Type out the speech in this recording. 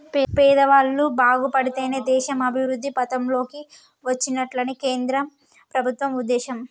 పేదవాళ్ళు బాగుపడితేనే దేశం అభివృద్ధి పథం లోకి వచ్చినట్లని కేంద్ర ప్రభుత్వం ఉద్దేశం